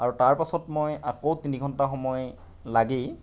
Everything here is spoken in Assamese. আৰু তাৰ পাছত মই আকৌ তিনি ঘণ্টা সময় লাগি